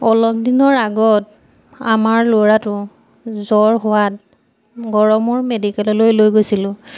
অলপ দিনৰ আগত আমাৰ ল'ৰাটো জ্বৰ হোৱাত গৰমূৰ মেডিকেললৈ লৈ গৈছিলোঁ